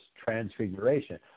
transfiguration